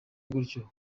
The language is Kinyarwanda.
gutyo